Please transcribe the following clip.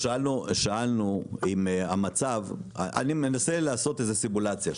אני מנסה לעשות איזושהי סימולציה.